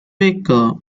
baker